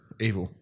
evil